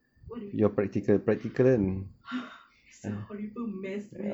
what do you mean ugh !huh! it's a horrible mess man